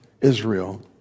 Israel